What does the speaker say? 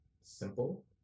simple